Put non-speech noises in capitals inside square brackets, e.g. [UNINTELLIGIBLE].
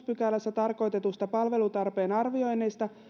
[UNINTELLIGIBLE] pykälässä tarkoitetuista palvelutarpeen arvioinneista